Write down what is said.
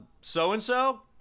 so-and-so